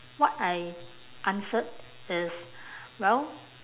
what I answered is well